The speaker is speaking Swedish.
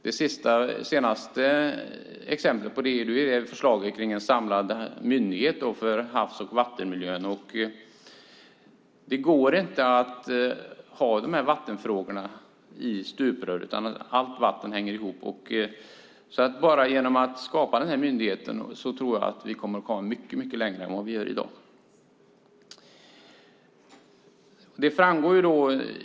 Det senaste exemplet är förslaget om en samlad myndighet för havs och vattenmiljön. Det går inte att ha vattenfrågorna i stuprör, utan allt vatten hänger ihop. Bara genom att skapa den här myndigheten tror jag att vi kommer att komma mycket längre än vad vi har gjort i dag.